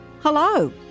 hello